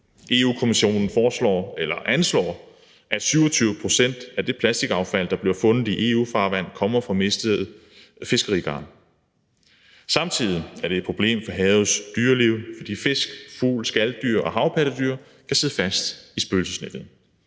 Europa-Kommissionen anslår, at 27 pct. af det plastikaffald, der bliver fundet i EU-farvand, kommer fra mistet fiskegarn. Samtidig er det et problem for havets dyreliv, fordi fisk, fugle, skaldyr og havpattedyr kan sidde fast i spøgelsesnettet.